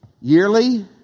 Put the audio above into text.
yearly